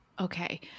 Okay